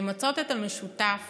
למצות את המשותף